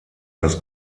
das